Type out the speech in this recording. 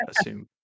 assume